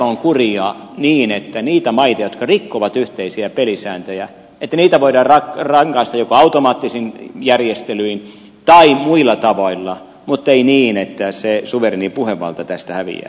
parannettakoon kuria niin että niitä maita jotka rikkovat yhteisiä pelisääntöjä voidaan rangaista joko automaattisin järjestelyin tai muilla tavoilla muttei niin että se suvereeni puhevalta tästä häviää